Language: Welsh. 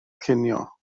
cinio